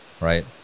right